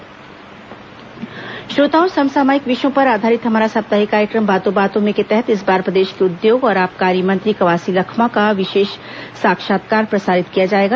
बातों बातों में श्रोताओं समसामयिक विषयों पर आधारित हमारा साप्ताहिक कार्यक्रम बातों बातों में के तहत इस बार प्रदेश के उद्योग और आबकारी मंत्री कवासी लखमा का विशेष साक्षात्कार प्रसारित किया जाएगा